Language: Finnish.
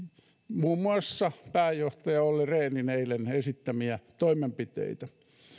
muun muassa pääjohtaja olli rehnin eilen esittämiä toimenpiteitä